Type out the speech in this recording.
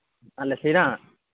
ᱟᱞᱮ ᱥᱮᱱᱟᱜ